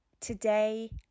today